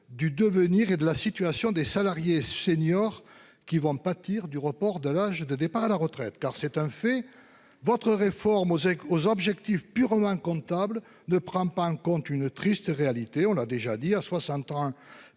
du devenir et de la situation des salariés seniors qui vont pâtir du report de l'âge de départ à la retraite car c'est un fait votre réforme Osec aux objectifs purement comptable ne prend pas en compte une triste réalité, on l'a déjà dit à 60 trains,